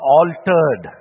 altered